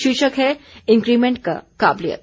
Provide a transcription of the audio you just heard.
शीर्षक है इंकीमेंट का काबलियत